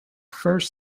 first